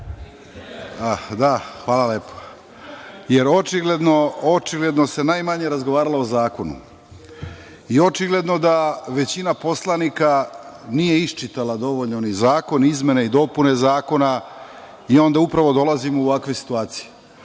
hvala lepo, jer očigledno se najmanje razgovaralo o zakonu. Očigledno da većina poslanika nije iščitala dovoljno ni zakon, izmene i dopune zakona i onda upravo dolazimo u ovakve situacije. To